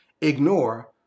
ignore